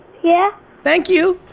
yeah. thank you.